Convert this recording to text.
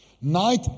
Night